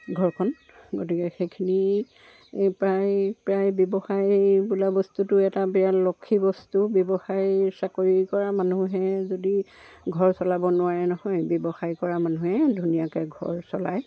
ঘৰখন গতিকে সেইখিনি প্ৰায় প্ৰায় ব্যৱসায় বোলা বস্তুটো এটা বিৰাট লক্ষী বস্তু ব্যৱসায় চাকৰি কৰা মানুহে যদি ঘৰ চলাব নোৱাৰে নহয় ব্যৱসায় কৰা মানুহে ধুনীয়াকৈ ঘৰ চলায়